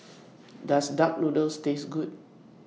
Does Duck Noodles Taste Good